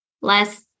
less